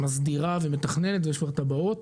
ומסדירה ומתכננת ויש כבר תב"עות.